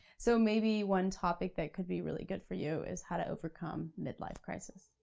so maybe one topic that could be really good for you is how to overcome mid-life crisis.